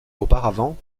auparavant